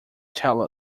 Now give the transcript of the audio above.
tell